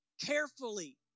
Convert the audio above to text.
carefully